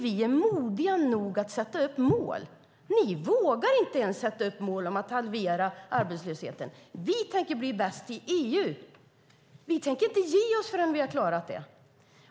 Vi är modiga nog att sätta upp mål. Ni vågar inte ens sätta upp mål om att halvera arbetslösheten. Vi tänker bli bäst i EU. Vi tänker inte ge oss förrän vi har klarat det.